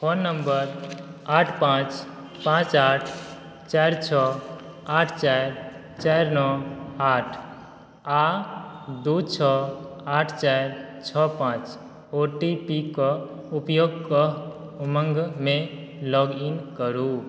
phone number आठ पाँच पाँच आठ चारि छओ आठ चारि चारि नओ आठ आ दू छओ आठ चारि छओ पाँच ओटीपीके उपयोग कऽ उमङ्गमे लॉग इन करू